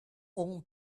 own